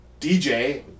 DJ